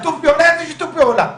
שיתוף פעולה?